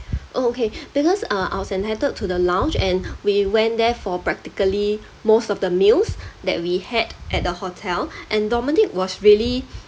oh okay because uh I was entitled to the lounge and we went there for practically most of the meals that we had at the hotel and dominic was really